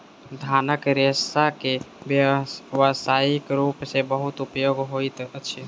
धानक रेशा के व्यावसायिक रूप सॅ बहुत उपयोग होइत अछि